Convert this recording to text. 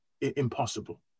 impossible